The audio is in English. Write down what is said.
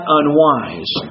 unwise